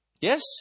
Yes